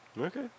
Okay